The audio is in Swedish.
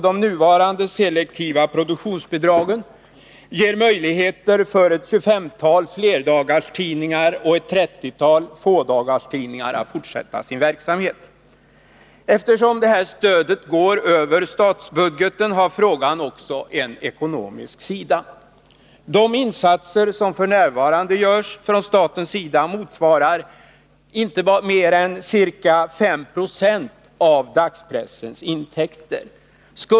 De nuvarande selektiva produktionsbidragen ger möjligheter för ett tjugofemtal flerdagarstidningar och ett trettiotal fådagarstidningar att fortsätta sin verksamhet. Eftersom stödet går över statsbudgeten har frågan också en ekonomisk sida. De insatser som f. n. görs från statens sida motsvarar inte mer än ca 5 90 av dagspressens intäkter.